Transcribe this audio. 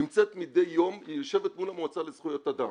נמצאת מדי יום, היא יושבת מול המועצה לזכויות אדם.